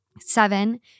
Seven